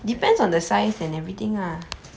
let me just google how much is